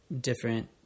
different